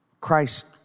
Christ